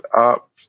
up